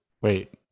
Wait